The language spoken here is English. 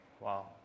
Wow